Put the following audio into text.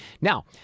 Now